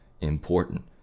important